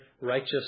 righteous